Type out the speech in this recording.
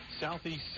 Southeast